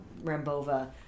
Rambova